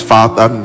Father